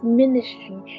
ministry